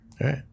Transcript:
Right